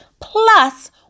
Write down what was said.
plus